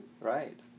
Right